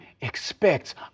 expect